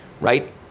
right